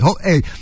hey